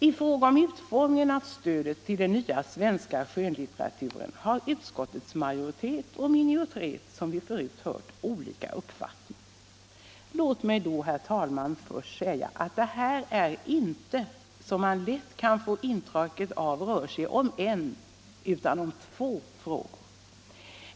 I fråga om utformningen av stödet till den nya svenska skönlitteraturen har, som vi förut hört, utskottets majoritet och minoritet olika uppfattning. Låt mig då, herr talman, först säga att det här inte, som man lätt kan få intrycket av, rör sig om en utan om två frågor.